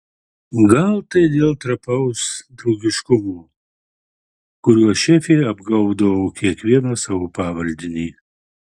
gal tai dėl trapaus draugiškumo kuriuo šefė apgaubdavo kiekvieną savo pavaldinį